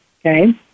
Okay